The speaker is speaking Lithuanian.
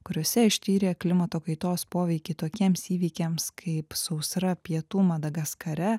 kuriose ištyrė klimato kaitos poveikį tokiems įvykiams kaip sausra pietų madagaskare